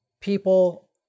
People